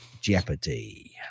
jeopardy